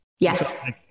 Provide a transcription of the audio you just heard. Yes